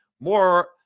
More